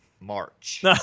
March